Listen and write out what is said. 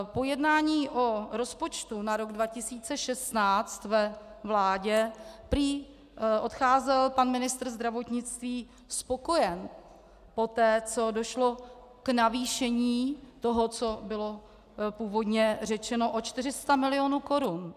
Po jednání o rozpočtu na rok 2016 ve vládě prý odcházel pan ministr zdravotnictví spokojen poté, co došlo k navýšení toho, co bylo původně řečeno, o 400 mil. korun.